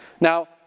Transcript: Now